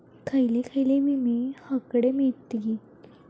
खयले खयले विमे हकडे मिळतीत?